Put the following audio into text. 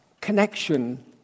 connection